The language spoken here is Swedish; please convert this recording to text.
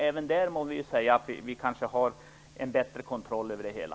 Även där må vi säga att vi kanske har en bättre kontroll över det hela.